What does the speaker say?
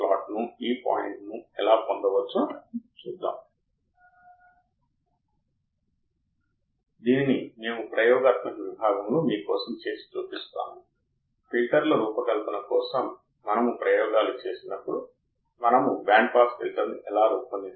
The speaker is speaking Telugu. కాబట్టి అవుట్పుట్ సానుకూలంగా ఉండాలి సరే ఒకవేళ Vin కంటే అవుట్పుట్ ఎక్కువగా ఉంటే అంటే నేను ఈ వోల్టేజ్ను నియంత్రించగలిగితే ఈ అవుట్పుట్ ఉంది మరియు నేను 2 వోల్ట్స్ ను వర్తింపజేస్తే నా అవుట్పుట్ ఇప్పుడు సానుకూలంగా ఉంటుంది